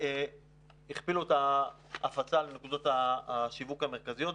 הכפילו את ההפצה לנקודות השיווק המרכזיות,